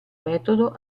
metodo